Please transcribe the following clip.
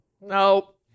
Nope